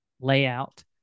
layout